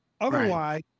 Otherwise